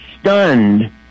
stunned